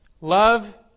love